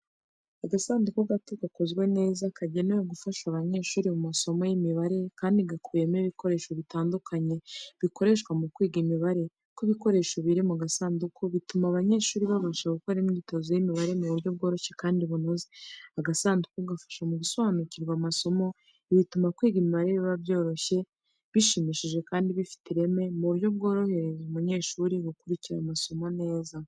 Agasanduku gato gakozwe neza, kagenewe gufasha abanyeshuri mu masomo y’imibare. Kandi gakubiyemo ibikoresho bitandukanye bikoreshwa mu kwiga imibare. Uko ibikoresho biri mu gasanduka, bituma abanyeshuri babasha gukora imyitozo y’imibare mu buryo bworoshye kandi bunoze. Agasanduku gafasha mu gusobanukirwa amasomo ibi bituma kwiga imibare biba byoroshye, bishimishije kandi bifite ireme, mu buryo bworohereza umunyeshuri gukurikira amasomo neza.